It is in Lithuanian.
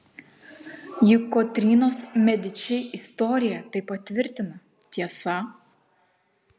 juk kotrynos mediči istorija tai patvirtina tiesa